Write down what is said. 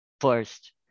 first